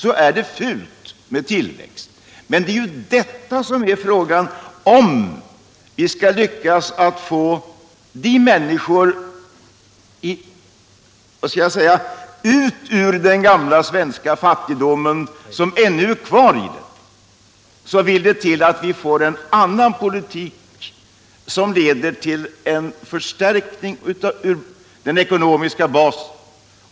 Och det viktiga i sammanhanget är ju detta, att om vi skall lyckas att få de människor ut ur den gamla svenska fattigdomen som ännu lever kvar i den, så vill det till att vi för en annan politik som leder tll en förstärkning av den ekonomiska basen.